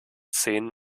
szenen